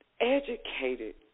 educated